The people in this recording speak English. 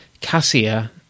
Cassia